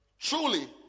Truly